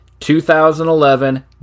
2011